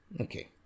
okay